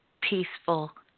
peaceful